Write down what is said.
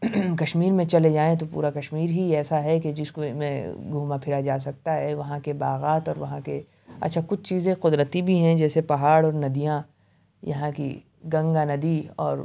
کشمیر میں چلے جائیں تو پورا کشمیر ہی ایسا ہے کہ جس میں گھوما پھرا جا سکتا ہے وہاں کے باغات اور وہاں کے اچھا کچھ چیزیں قدرتی بھی ہیں جیسے پہاڑ اور ندیاں یہاں کی گنگا ندی اور